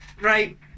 right